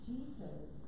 Jesus